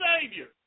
Savior